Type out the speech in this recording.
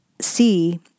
see